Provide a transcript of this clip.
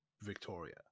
victoria